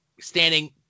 standing